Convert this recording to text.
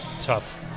tough